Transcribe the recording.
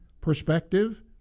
perspective